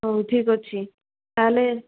ହୋଉ ଠିକ୍ ଅଛି ତାହେଲେ